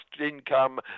income